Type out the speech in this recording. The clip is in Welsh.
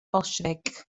bolsiefic